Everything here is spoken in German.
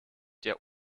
der